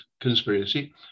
conspiracy